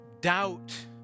doubt